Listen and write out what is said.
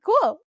cool